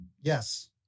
Yes